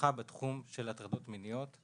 מתמחה בתחום של הטרדות מיניות,